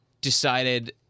decided